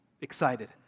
excited